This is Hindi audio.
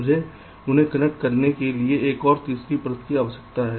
मुझे उन्हें कनेक्ट करने के लिए एक और तीसरी परत की आवश्यकता है